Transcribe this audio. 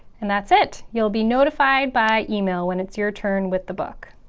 and that's it! you'll be notified by email when it's your turn with the book.